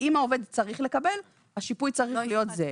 אם העובד צריך לקבל, השיפוי צריך להיות זהה.